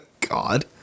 God